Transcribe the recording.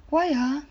why ah